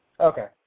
Okay